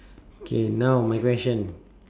K now my question